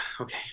Okay